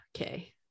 okay